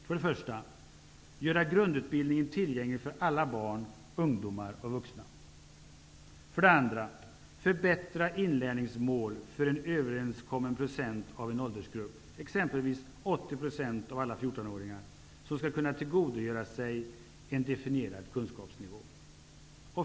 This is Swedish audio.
För det första: Grundutbildningen skall göras tillgänglig för alla barn, ungdomar och vuxna. För det andra: Inlärningsmålen skall förbättras för en överenskommen procent av en åldersgrupp, exempelvis 80 % av alla 14-åringar, så att de kan tillgodogöra sig en definierad kunskapsnivå.